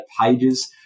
pages